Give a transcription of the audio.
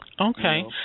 Okay